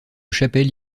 chapelle